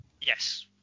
yes